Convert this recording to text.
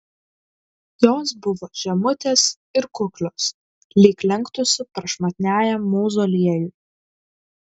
jos buvo žemutės ir kuklios lyg lenktųsi prašmatniajam mauzoliejui